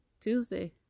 tuesday